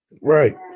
Right